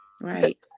Right